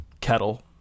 kettle